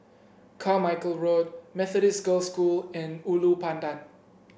Carmichael Road Methodist Girls' School and Ulu Pandan